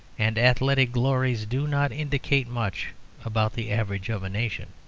and athletic glories do not indicate much about the average of a nation.